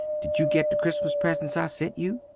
did you get the christmas presents i sent you?